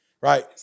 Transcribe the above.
right